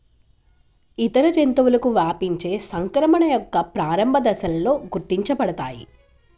ఇతర జంతువులకు వ్యాపించే సంక్రమణ యొక్క ప్రారంభ దశలలో గుర్తించబడతాయి